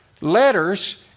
letters